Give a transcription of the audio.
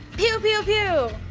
pew pew pew,